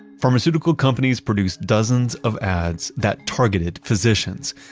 pharmaceutical companies produce dozens of ads that targeted physicians.